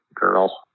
girl